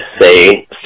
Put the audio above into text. say